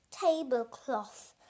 tablecloth